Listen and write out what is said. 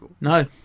No